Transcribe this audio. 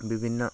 विभिन्न